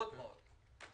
מאוד מאוד,